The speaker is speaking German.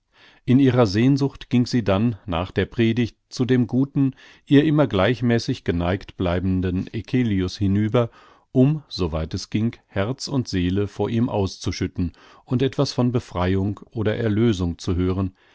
in ihrer sehnsucht ging sie dann nach der predigt zu dem guten ihr immer gleichmäßig geneigt bleibenden eccelius hinüber um so weit es ging herz und seele vor ihm auszuschütten und etwas von befreiung oder erlösung zu hören